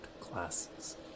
classes